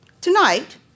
Tonight